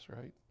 right